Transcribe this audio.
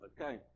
Okay